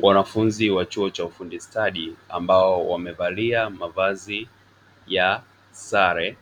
Wanafunzi wa chuo cha ufundi stadi ambao wamevalia mavazi ya sare